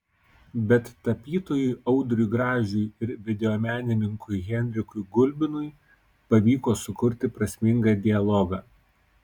bet tapytojui audriui gražiui ir videomenininkui henrikui gulbinui pavyko sukurti prasmingą dialogą